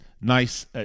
nice